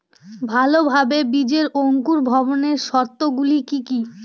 ভালোভাবে বীজের অঙ্কুর ভবনের শর্ত গুলি কি কি?